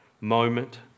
moment